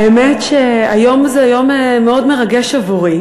האמת שהיום זה יום מאוד מרגש עבורי.